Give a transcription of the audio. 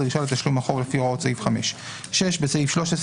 דרישה לתשלום החוב לפי הוראות סעיף 5"; (6)בסעיף 13,